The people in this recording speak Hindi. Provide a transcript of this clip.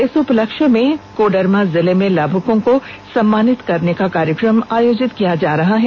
इस उपलक्ष्य में कोडरमा जिले में लाभुकों को सम्मानित करने का कार्यक्रम आयोजित किया जा रहा है